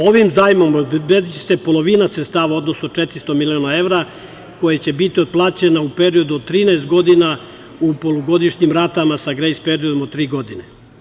Ovim zajmom obezbediće se polovina sredstava, odnosno 400 miliona evra koja će biti otplaćena u periodu od 13 godina u polugodišnjim ratama sa grejs periodom od tri godine.